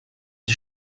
die